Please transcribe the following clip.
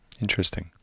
Interesting